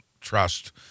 trust